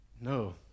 No